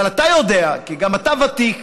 אבל אתה יודע, כי גם אתה ותיק,